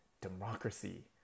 Democracy